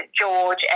George